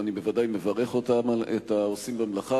ואני בוודאי מברך על כך את העושים במלאכה,